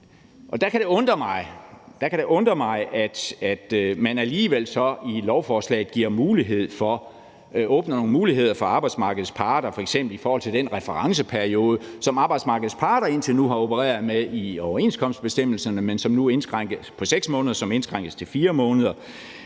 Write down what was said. Der kan det undre mig, at man alligevel så i lovforslaget åbner nogle muligheder for arbejdsmarkedets parter, f.eks. i forhold til den referenceperiode, som arbejdsmarkedets parter indtil nu har opereret med i overenskomstbestemmelserne, på 6 måneder, som indskrænkes til 4 måneder,